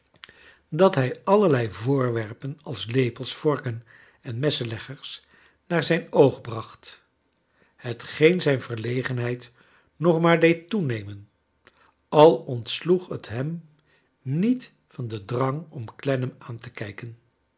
dat hij aller ei voorwerpen als lepels vorken en messenleggers naar zijn oog bracht hetgeen zijn verlegenheid nog maar deed toenemen al ontsloeg het het hem niet van den drang om clennam aan te kijken